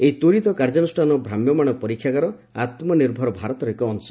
ଏହି ତ୍ୱରିତ କାର୍ଯ୍ୟାନୁଷ୍ଠାନ ଭ୍ରାମ୍ୟମାଣ ପରୀକ୍ଷାଗାର ଆତ୍କନିର୍ଭର ଭାରତର ଏକ ଅଂଶ